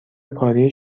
کاری